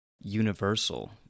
universal